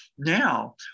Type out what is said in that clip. Now